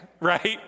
Right